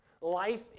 Life